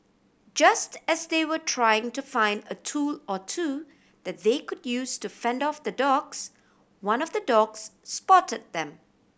just as they were trying to find a tool or two that they could use to fend off the dogs one of the dogs spotted them